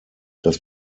dass